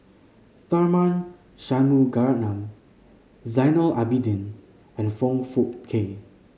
Tharman Shanmugaratnam Zainal Abidin and Foong Fook Kay